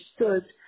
understood